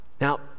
Now